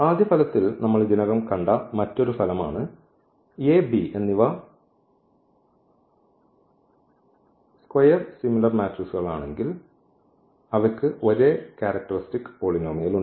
ആദ്യ ഫലത്തിൽ നമ്മൾ ഇതിനകം കണ്ട മറ്റൊരു ഫലമാണ് A B എന്നിവ സ്ക്വയർ സിമിലർ മാട്രിക്സ്കൾ ആണെങ്കിൽ അവയ്ക്ക് ഒരേ ക്യാരക്ടറിസ്റ്റിക് പോളിനോമിയൽ ഉണ്ട്